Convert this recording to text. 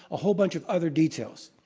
a whole bunch of other details